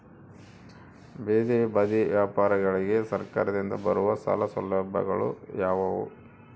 ಬೇದಿ ಬದಿ ವ್ಯಾಪಾರಗಳಿಗೆ ಸರಕಾರದಿಂದ ಬರುವ ಸಾಲ ಸೌಲಭ್ಯಗಳು ಯಾವುವು?